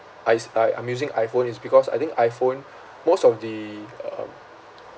I s~ I I'm using iphone is because I think iphone most of the um